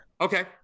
Okay